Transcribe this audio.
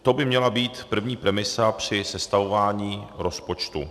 To by měla být první premisa při sestavování rozpočtu.